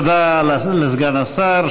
תודה לסגן השר.